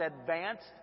advanced